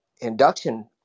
induction